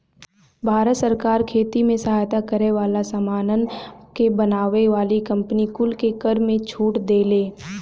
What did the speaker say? भारत सरकार खेती में सहायता करे वाला सामानन के बनावे वाली कंपनी कुल के कर में छूट देले